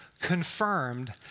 confirmed